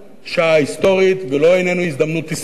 שעה היסטורית ואיננו הזדמנות היסטורית.